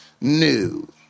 new